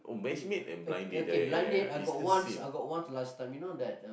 eh ok~ okay blind date I got once I got once the last time you know the